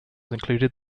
included